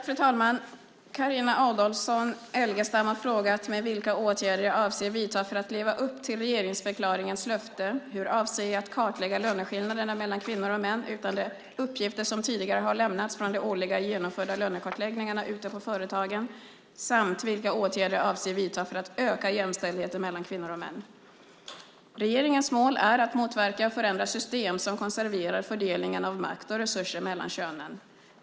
Fru talman! Carina Adolfsson Elgestam har frågat mig vilka åtgärder jag avser att vidta för att leva upp till regeringsförklaringens löfte, hur jag avser att kartlägga löneskillnaderna mellan kvinnor och män utan de uppgifter som tidigare har lämnats från de årliga genomförda lönekartläggningarna ute på företagen samt vilka åtgärder jag avser att vidta för att öka jämställdheten mellan kvinnor och män. Regeringens mål är att motverka och förändra system som konserverar fördelningen av makt och resurser mellan könen.